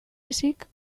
ezik